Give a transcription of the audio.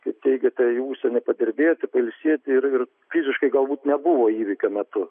kaip teigiate į užsienį padirbėti pailsėti ir ir fiziškai galbūt nebuvo įvykio metu